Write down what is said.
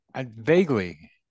Vaguely